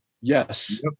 Yes